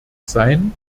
sein